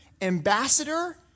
ambassador